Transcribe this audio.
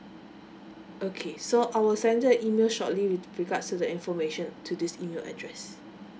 okay so I will send the email shortly with regards to the information to this email address